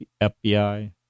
FBI